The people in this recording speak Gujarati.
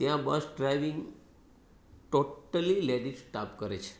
ત્યાં bus driving totally ladies staff કરે છે